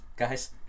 guys